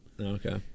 Okay